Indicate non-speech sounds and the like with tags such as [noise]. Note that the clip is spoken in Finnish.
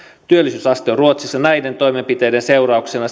työllisyysaste on ruotsissa näiden toimenpiteiden seurauksena [unintelligible]